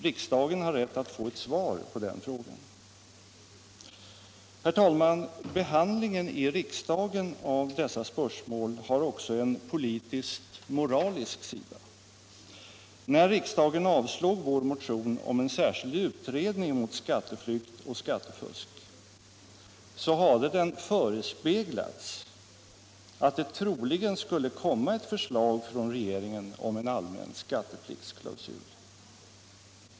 Riksdagen har rätt att få svar på den frågan. Herr talman! Behandlingen i riksdagen av dessa spörsmål har också en politisk-moralisk sida. När riksdagen avslog vår motion om en särskild utredning mot skattefusk och skatteflykt hade den förespeglats att det troligen skulle komma ett förslag från regeringen om en allmän skatteflyktsklausul.